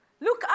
Look